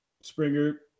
springer